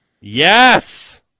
Yes